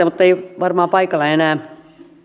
mutta hän ei varmaan ole paikalla enää